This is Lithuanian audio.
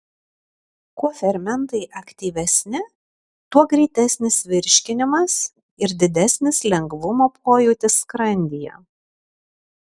kuo fermentai aktyvesni tuo greitesnis virškinimas ir didesnis lengvumo pojūtis skrandyje